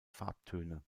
farbtöne